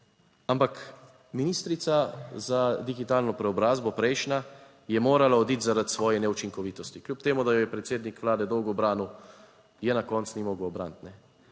ampak ministrica za digitalno preobrazbo prejšnja je morala oditi zaradi svoje neučinkovitosti, kljub temu, da jo je predsednik Vlade dolgo branil, je na koncu ni mogel braniti.